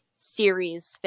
series